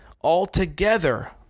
altogether